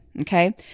Okay